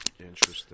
interesting